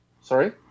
Sorry